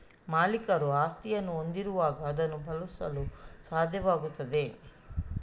ಮಾಲೀಕರು ಆಸ್ತಿಯನ್ನು ಹೊಂದಿರುವಾಗ ಅದನ್ನು ಬಳಸಲು ಸಾಧ್ಯವಾಗುತ್ತದೆ